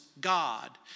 God